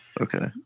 Okay